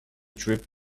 drip